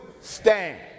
Stand